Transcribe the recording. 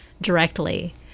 directly